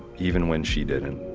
even when she didn't.